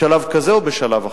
בשלב כזה או בשלב אחר,